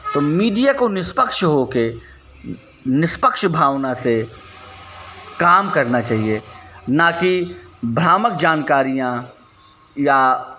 तो मीडिया को निष्पक्ष होके निष्पक्ष भावना से काम करना चहिए ना कि भ्रामक जानकारियाँ या